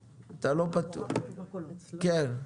אחת,